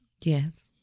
Yes